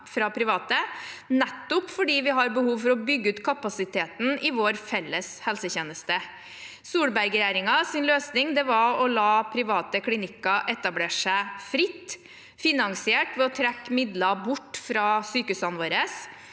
fra private, nettopp fordi vi har behov for å bygge ut kapasiteten i vår felles helsetjeneste. Solberg-regjeringens løsning var å la private klinikker etablere seg fritt, finansiert ved å trekke midler bort fra sykehusene våre.